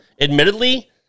Admittedly